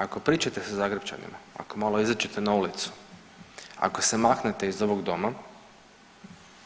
Ako pričate sa Zagrepčanima, ako malo izađete na ulicu, ako se maknete iz ovog doma,